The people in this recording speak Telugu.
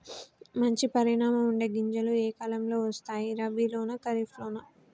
మంచి పరిమాణం ఉండే గింజలు ఏ కాలం లో వస్తాయి? రబీ లోనా? ఖరీఫ్ లోనా?